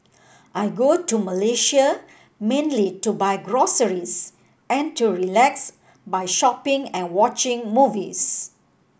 I go to Malaysia mainly to buy groceries and to relax by shopping and watching movies